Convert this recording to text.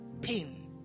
pain